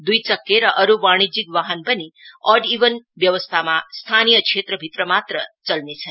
दुई चक्के र अरू वाणिज्यीक वाहन अड इभन व्यवस्थामा स्थानीय क्षेत्रभित्र मात्र चल्नेछ